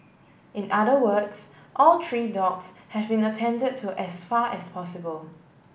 in other words all three dogs have been attend to as far as possible